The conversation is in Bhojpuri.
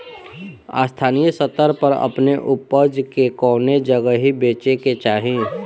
स्थानीय स्तर पर अपने ऊपज के कवने जगही बेचे के चाही?